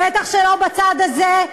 בטח שלא בצד הזה,